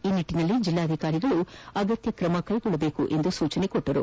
ಈ ನಿಟ್ಟಿನಲ್ಲಿ ಜಿಲ್ಲಾಧಿಕಾರಿಗಳು ಅಗತ್ಯ ಕ್ರಮ ಕೈಗೊಳ್ಳಬೇಕು ಎಂದು ಸೂಚಿಸಿದರು